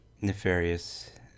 nefarious